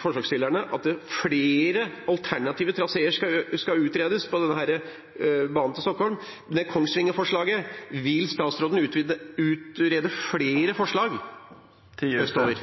forslagsstillerne, ønsker jo at flere alternative traseer for denne banen til Stockholm enn Kongsvinger-forslaget skal utredes. Vil statsråden utrede flere forslag østover?